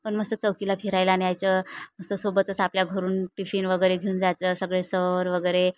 पण मस्त चौकीला फिरायला न्यायचं मस्त सोबत असं आपल्या घरून टिफिन वगैरे घेऊन जायचं सगळे सर वगैरे